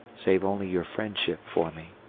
save only your friendship for me.